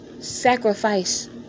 sacrifice